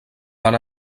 van